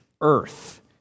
earth